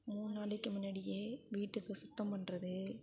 மூண்நாளைக்கி முன்னாடியே வீட்டுக்கு சுத்தம் பண்ணுறது